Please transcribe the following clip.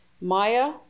Maya